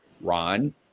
Ron